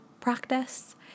practice